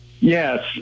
Yes